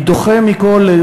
אני דוחה מכול,